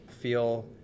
feel